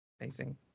Amazing